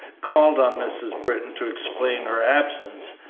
called on mrs. britton to explain her absence,